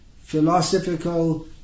philosophical